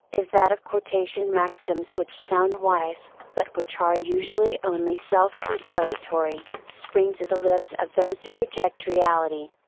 is that of quotation maxims which sound wise, but which are usually only self consolatory, spring to the lips of those who reject reality.